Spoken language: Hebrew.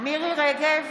מירי מרים רגב,